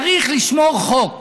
צריך לשמור חוק.